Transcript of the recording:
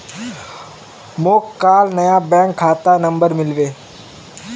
मोक काल नया बैंक खाता नंबर मिलबे